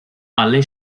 alle